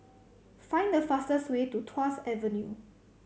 find the fastest way to Tuas Avenue